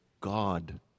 God